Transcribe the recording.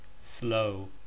slow